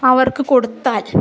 അവർക്ക് കൊടുത്താൽ